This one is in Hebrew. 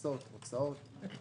הכנסות והוצאות.